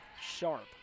Sharp